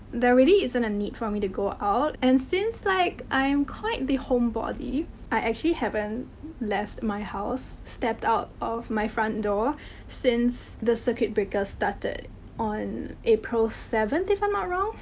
there really isn't a need for me to go out. and since, like, i am quite the homebody, i actually haven't left my house, stepped out of my front door since the circuit breaker started on. april seventh, if i'm not wrong.